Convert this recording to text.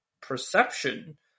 perception